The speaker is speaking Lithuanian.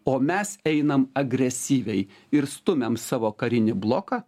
o mes einam agresyviai ir stumiam savo karinį bloką